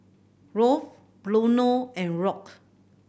Rolf Bruno and Rock